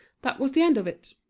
that was the end of it.